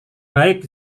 baik